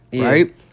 Right